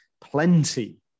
plenty